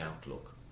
outlook